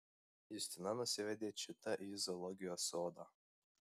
justina nusivedė čitą į zoologijos sodą